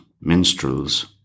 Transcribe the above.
minstrels